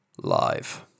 live